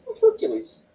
Hercules